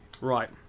Right